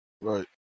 Right